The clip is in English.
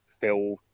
feel